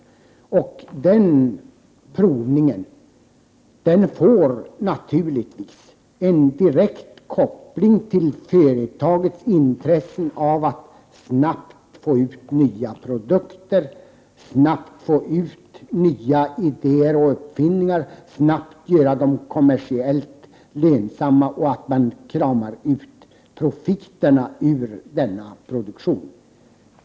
Den provningen får naturligtvis en direkt koppling till företagets intresse av att snabbt få ut nya produkter, nya idéer och uppfinningar, att snabbt göra det kommersiellt lönsamt och att krama ut profiterna ur denna produktion.